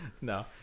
no